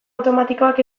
automatikoak